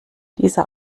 dieser